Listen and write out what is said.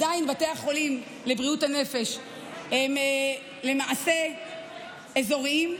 בתי החולים לבריאות הנפש הם למעשה עדיין אזוריים.